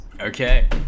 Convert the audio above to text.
okay